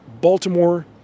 Baltimore